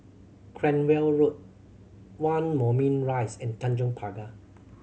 Cranwell Road One Moulmein Rise and Tanjong Pagar